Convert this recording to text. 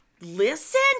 Listen